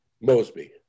Mosby